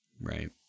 right